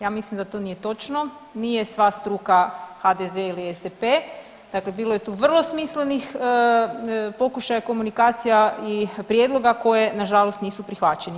Ja mislim da to nije točno, nije sva struka HDZ ili SDP, dakle bilo je tu vrlo smislenih pokušaja komunikacija i prijedloga koja nažalost nisu prihvaćeni.